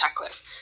checklist